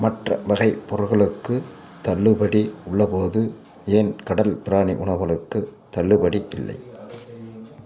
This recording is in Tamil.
மற்ற வகைப் பொருட்களுக்குத் தள்ளுபடி உள்ளபோது ஏன் கடல் பிராணி உணவுகளுக்குத் தள்ளுபடி இல்லை